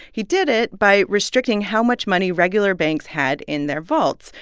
he did it by restricting how much money regular banks had in their vaults,